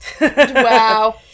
Wow